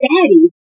Daddy